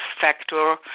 factor